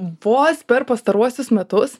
vos per pastaruosius metus